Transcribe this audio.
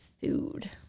food